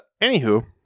anywho